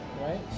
right